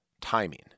timing